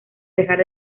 dejar